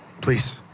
please